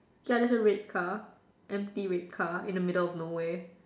ya there's a red car empty red car in the middle of no where